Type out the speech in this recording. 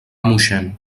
moixent